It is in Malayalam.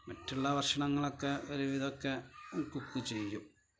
മറ്റുള്ള ഭക്ഷണങ്ങളൊക്കെ ഒരുവിധമൊക്കെ കുക്ക് ചെയ്യും